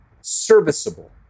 serviceable